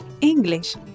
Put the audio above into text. English